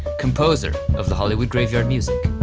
composer of the hollywood graveyard music.